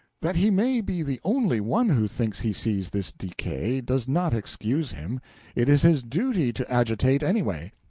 that he may be the only one who thinks he sees this decay, does not excuse him it is his duty to agitate anyway,